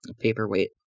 paperweight